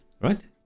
Right